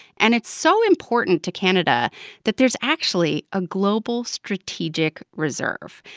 and it's so important to canada that there's actually a global strategic reserve.